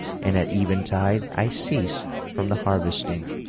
and at eventide i cease from the harvesting.